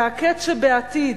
והקץ שבעתיד,